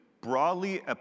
broadly